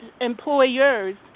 employers